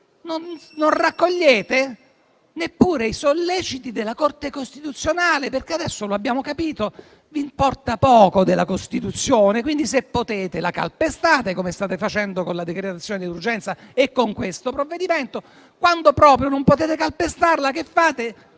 non raccogliete neppure i solleciti della Corte costituzionale, perché adesso abbiamo capito che vi importa poco della Costituzione e quindi, se potete, la calpestate, come state facendo con la decretazione di urgenza e con il provvedimento in esame; quando proprio non potete calpestarla, la